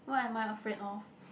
what am I afraid of